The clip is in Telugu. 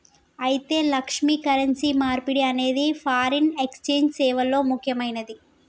అయితే లక్ష్మి, కరెన్సీ మార్పిడి అనేది ఫారిన్ ఎక్సెంజ్ సేవల్లో ముక్యమైనది